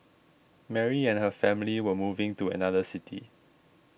Mary and her family were moving to another city